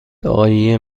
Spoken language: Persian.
دایی